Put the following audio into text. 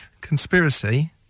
conspiracy